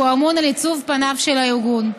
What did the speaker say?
שאמון על עיצוב פניו של הארגון.